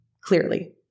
clearly